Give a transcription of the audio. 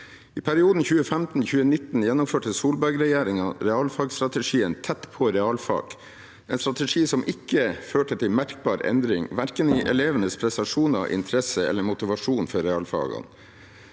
I perioden 2015–2019 gjennomførte Solberg-regjeringen realfagsstrategien Tett på realfag, en strategi som ikke førte til merkbar endring, verken i elevenes prestasjoner, interesse eller motivasjon for realfagene.